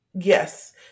Yes